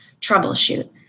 troubleshoot